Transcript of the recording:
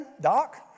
doc